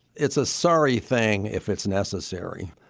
it's a sorry thing if it's necessary,